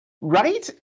Right